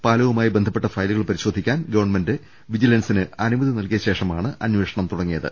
പാലവുമായി ബന്ധപ്പെട്ട ഫയ ലുകൾ പരിശോധിക്കാൻ ഗവൺമെന്റ് വിജിലൻസിന് അനുമതി നൽകിയ ശേഷമാണ് അന്വേഷണം തുടങ്ങി യത്